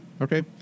Okay